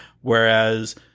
Whereas